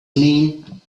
mean